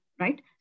right